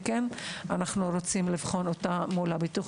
ואנחנו רוצים לבחון אותה מול הביטוח